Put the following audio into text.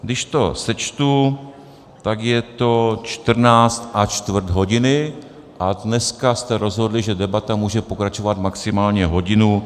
Když to sečtu, tak je to čtrnáct a čtvrt hodiny, a dneska jste rozhodli, že debata může pokračovat maximálně hodinu.